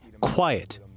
quiet